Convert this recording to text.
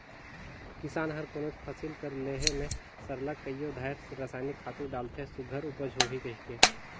किसान हर कोनोच फसिल कर लेहे में सरलग कइयो धाएर रसइनिक खातू डालथे सुग्घर उपज होही कहिके